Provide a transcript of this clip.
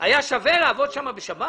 היה שווה לעבוד שם בשבת?